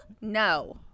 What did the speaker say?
No